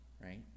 right